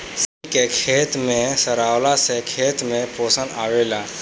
सनई के खेते में सरावला से खेत में पोषण आवेला